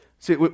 See